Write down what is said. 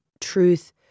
truth